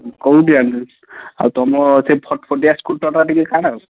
କେଉଁଠି ଆଣି ଦେଉଛି ଆଉ ତୁମର ସେହି ଫଟ୍ ଫଟିଆ ସ୍କୁଟରଟା ଟିକେ କାଢ଼